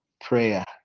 Prayer